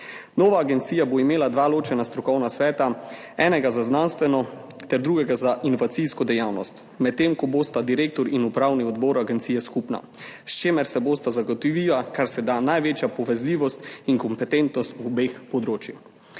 Nova agencija bo imela dva ločena strokovna sveta, enega za znanstveno ter drugega za inovacijsko dejavnost, medtem ko bosta direktor in upravni odbor agencije skupna, s čimer se bosta zagotovili kar se da največja povezljivost in kompetentnost obeh področij.